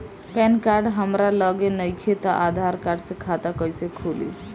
Pan card हमरा लगे नईखे त आधार कार्ड से खाता कैसे खुली?